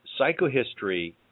psychohistory